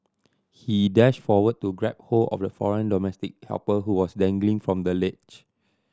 he dashed forward to grab hold of the foreign domestic helper who was dangling from the ledge